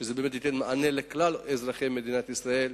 שזה באמת ייתן מענה לכלל אזרחי מדינת ישראל,